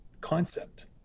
concept